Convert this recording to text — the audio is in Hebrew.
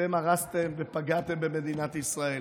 אתם הרסתם ופגעתם במדינת ישראל.